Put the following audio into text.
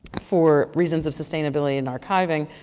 for reasons of sustainability and archiving,